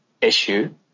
issue